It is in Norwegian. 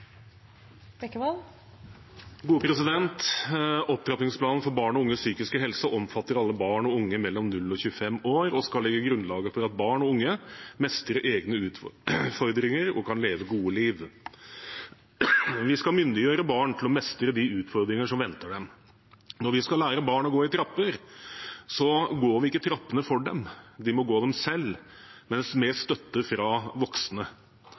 Opptrappingsplanen for barn og unges psykiske helse omfatter alle barn og unge mellom 0 og 25 år og skal legge grunnlaget for at barn og unge mestrer egne utfordringer og kan leve gode liv. Vi skal myndiggjøre barn til å mestre de utfordringer som venter dem. Når vi skal lære barn å gå i trapper, går vi ikke trappene for dem; de må gå dem selv, men med støtte fra voksne.